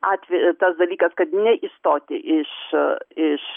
atve tas dalykas kad neišstoti iš iš